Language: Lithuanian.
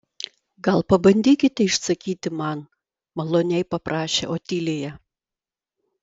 gal pabandykite išsakyti man maloniai paprašė otilija